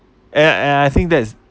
and I I think that is